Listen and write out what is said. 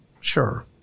Sure